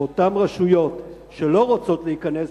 באותן רשויות שלא רוצות להיכנס,